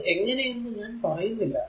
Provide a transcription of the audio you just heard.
അത് എങ്ങനെ എന്ന് ഞാൻ പറയുന്നില്ല